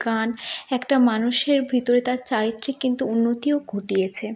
গান একটা মানুষের ভিতরে তার চারিত্রিক কিন্তু উন্নতিও ঘটিয়েছে